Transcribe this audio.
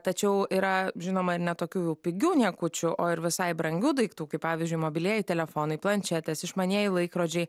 tačiau yra žinoma ir ne tokių pigių niekučių o ir visai brangių daiktų kaip pavyzdžiui mobilieji telefonai planšetės išmanieji laikrodžiai